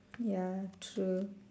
ya true